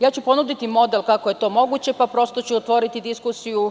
Ja ću ponuditi model kako je to moguće, pa prosto ću otvoriti diskusiju.